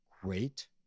great